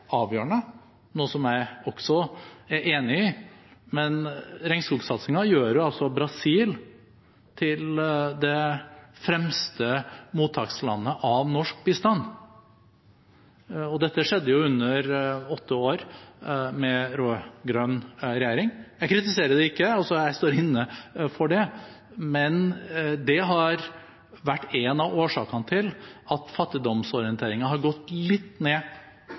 avgjørende, noe som jeg også er enig i, men regnskogsatsingen gjør altså Brasil til det fremste mottakslandet av norsk bistand, og dette skjedde under åtte år med rød-grønn regjering. Jeg kritiserer det ikke. Jeg står inne for det. Men det har vært en av årsakene til at fattigdomsorienteringen har gått litt ned